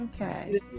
okay